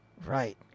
right